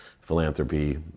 philanthropy